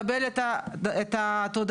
אתה קצת --- עשר ורבע.